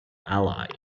ally